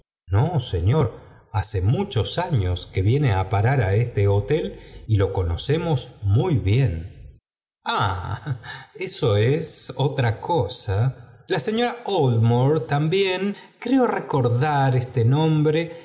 no señor hace muchos años que viene á parar á este hotel y lo conocemos muy bien jah eso es otra cosa la señora oldmore también creo recordar este nombre